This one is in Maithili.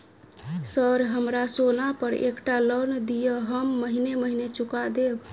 सर हमरा सोना पर एकटा लोन दिऽ हम महीने महीने चुका देब?